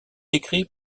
écrit